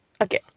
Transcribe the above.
okay